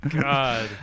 God